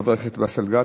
חבר הכנסת באסל גטאס.